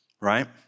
right